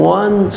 one